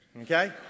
okay